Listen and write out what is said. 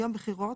יום בחירות,